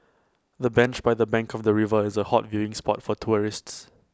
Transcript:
the bench by the bank of the river is A hot viewing spot for tourists